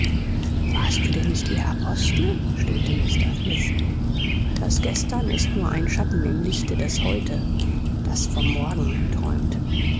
warst du denn nicht ihr apostel stöhnte mr smith das gestern ist nur ein schatten im lichte des heute das vom morgen träumt